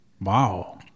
Wow